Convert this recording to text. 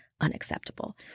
unacceptable